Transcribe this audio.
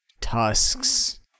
tusks